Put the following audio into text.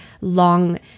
long